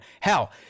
Hell